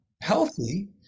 healthy